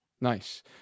Nice